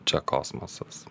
čia kosmosas